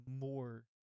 more